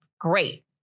great